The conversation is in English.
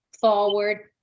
forward